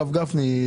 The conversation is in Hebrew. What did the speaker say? הרב גפני,